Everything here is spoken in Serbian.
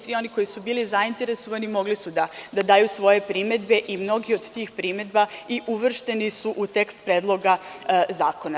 Svi oni koji su bili zainteresovani mogli su da daju svoje primedbe i mnogi od tih primedba i uvršteni su u tekst Predloga zakona.